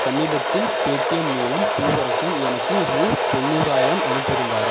சமீபத்தில் பேடிஎம் மூலம் பூவரசன் எனக்கு ரூபா தொண்ணூறாயிரம் அனுப்பியிருந்தாரா